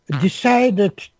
decided